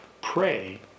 pray